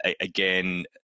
again